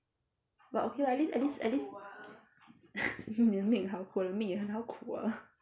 but okay lah at least at least at least 你的命好苦我的命也好苦啊